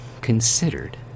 considered